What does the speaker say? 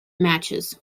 matches